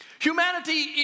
Humanity